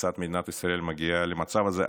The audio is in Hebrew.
כיצד מדינת ישראל מגיעה למצב הזה.